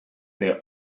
their